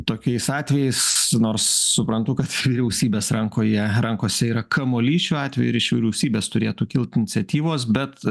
tokiais atvejais nors suprantu kad vyriausybės rankoje rankose yra kamuolys šiuo atveju ir iš vyriausybės turėtų kilt iniciatyvos bet